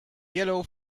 yellow